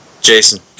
Jason